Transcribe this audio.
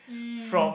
mm